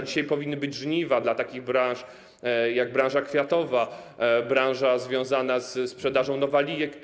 Dzisiaj powinny być żniwa dla takich branż jak branża kwiatowa, branża związana ze sprzedażą nowalijek.